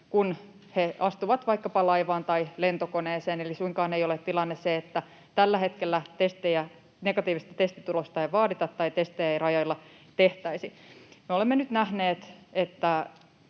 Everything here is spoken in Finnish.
kun nämä astuvat vaikkapa laivaan tai lentokoneeseen. Eli suinkaan ei ole tilanne se, että tällä hetkellä negatiivista testitulosta ei vaadita tai testejä ei rajoilla tehtäisi. Me olemme nyt nähneet,